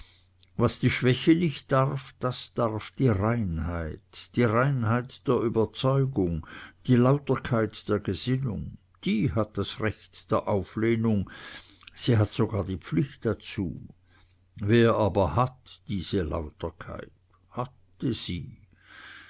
was die schwäche nicht darf das darf die reinheit die reinheit der überzeugung die lauterkeit der gesinnung die hat das recht der auflehnung sie hat sogar die pflicht dazu wer aber hat diese lauterkeit hatte sie